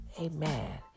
Amen